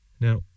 Now